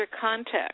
context